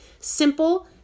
Simple